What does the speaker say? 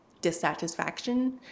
dissatisfaction